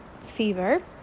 fever